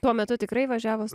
tuo metu tikrai važiavo